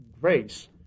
grace